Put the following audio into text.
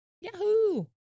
Yahoo